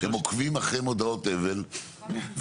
הם עוקבים אחרי מודעות אבל ומתקשרים.